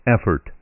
effort